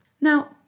Now